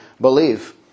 believe